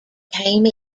became